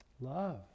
Love